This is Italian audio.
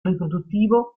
riproduttivo